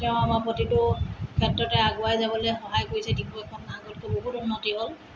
তেওঁ আমাৰ প্ৰতিটো ক্ষেত্ৰতে আগুৱাই যাবলৈ সহায় কৰিছে ডিগবৈখন আগতকৈ বহুত উন্নতি হ'ল